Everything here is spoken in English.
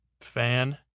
fan